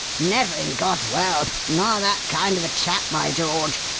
never in god's world! not that kind of a chap, by george!